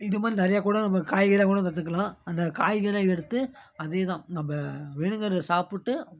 இதுமாதிரி நிறையா கூட நம்ம காய்கறிலாம் கூட நட்டுக்கலாம் அந்த காய்கறிலாம் எடுத்து அதேதான் நம்ம வேணுங்கிறத சாப்பிட்டு